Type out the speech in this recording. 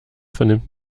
vernimmt